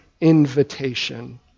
invitation